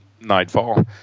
nightfall